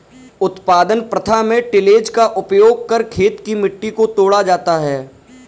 उत्पादन प्रथा में टिलेज़ का उपयोग कर खेत की मिट्टी को तोड़ा जाता है